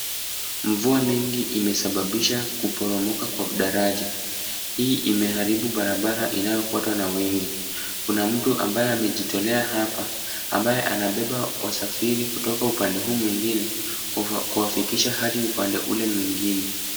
Mvua mingi imesababisha kuporomoka kwa daraja , hii imeharibu barabara inayofuatwa na wengi ,kuna mtu ambaye amejitolea hapa ambaye anabeba wasafiri kutoka upande huu mwingine kuwafikisha hadi upande ule mwingine.